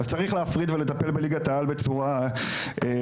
אז צריך להפריד ולטפל בליגת העל בצורה נפרדת.